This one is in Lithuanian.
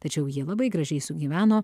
tačiau jie labai gražiai sugyveno